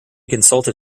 consulted